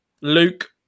Luke